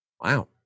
Wow